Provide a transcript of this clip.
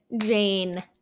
Jane